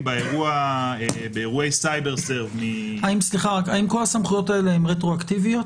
האם כל הסמכויות האלה הן רטרואקטיביות?